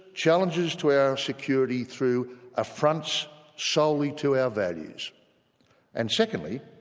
challenges to our security through affronts solely to our values and secondly,